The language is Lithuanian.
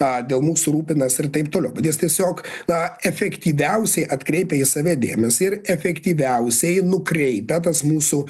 a dėl mūsų rūpinas ir taip toliau bet jis tiesiog na efektyviausiai atkreipia į save dėmesį ir efektyviausiai nukreipia tas mūsų